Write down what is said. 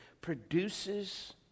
produces